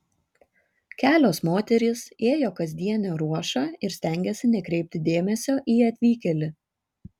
kelios moterys ėjo kasdienę ruošą ir stengėsi nekreipti dėmesio į atvykėlį